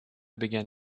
began